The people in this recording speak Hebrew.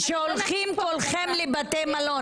כשכולכם הולכים לבתי מלון,